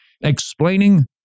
explaining